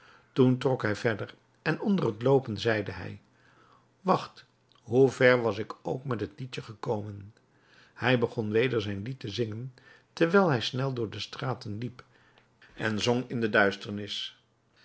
toen trok hij verder en onder t loopen zeide hij wacht hoe ver was ik ook met het liedje gekomen hij begon weder zijn lied te zingen terwijl hij snel door de straten liep en zong in de duisternis